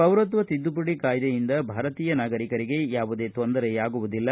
ಪೌರತ್ವ ತಿದ್ದುಪಡಿ ಕಾಯ್ದೆಯಿಂದ ಭಾರತೀಯ ನಾಗರಿಕರಿಗೆ ಯಾವುದೇ ತೊಂದರೆಯಾಗುವುದಿಲ್ಲ